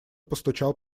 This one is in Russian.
постучал